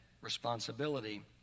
responsibility